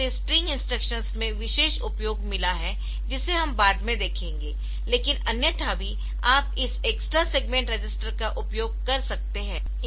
तो इसे string instructions में विशेष उपयोग मिला है जिसे हम बाद में देखेंगे लेकिन अन्यथा भी आप इस एक्स्ट्रा सेगमेंट रजिस्टर का उपयोग कर सकते है